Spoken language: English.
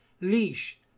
Leash